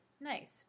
Nice